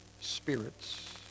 spirits